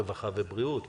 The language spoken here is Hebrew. רווחה ובריאות,